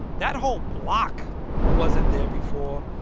that whole block wasn't there before.